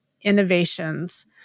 innovations